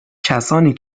کسانی